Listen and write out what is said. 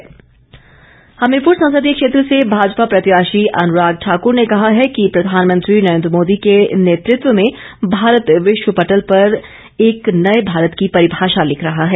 अनुराग ठाकुर हमीरपुर संसदीय क्षेत्र से भाजपा प्रत्याशी अनुराग ठाकुर ने कहा है कि प्रधानमंत्री नरेन्द्र मोदी के नेतृत्व में भारत विश्व पटल पर एक नए भारत की परिभाषा लिख रहा है